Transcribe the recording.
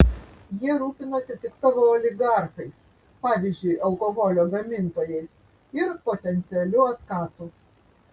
jie rūpinasi tik savo oligarchais pavyzdžiui alkoholio gamintojais ir potencialiu otkatu